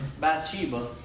Bathsheba